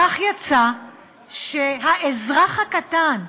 כך יצא שהאזרח הקטן,